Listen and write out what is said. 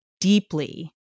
deeply